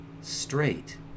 straight